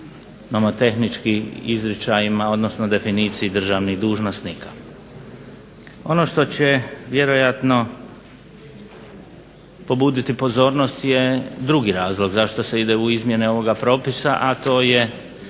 nomotehnički izričajima, odnosno definiciji državnih dužnosnika. Ono što će vjerojatno pobuditi pozornost je drugi razlog zašto se ide u izmjene ovoga propisa, a to je